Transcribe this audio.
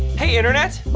hey, internet?